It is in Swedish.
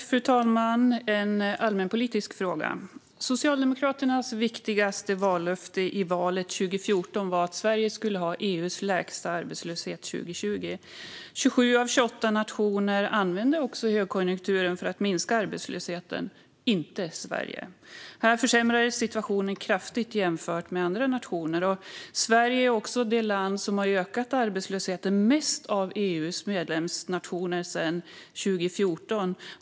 Fru talman! Jag har en allmänpolitisk fråga. Socialdemokraternas viktigaste vallöfte i valet 2014 var att Sverige skulle ha EU:s lägsta arbetslöshet 2020. 27 av 28 nationer använde högkonjunkturen för att minska arbetslösheten - inte Sverige. Här försämrades situationen kraftigt jämfört med andra nationer. Sverige är också det land som har ökat arbetslösheten mest av EU:s medlemsnationer sedan 2014.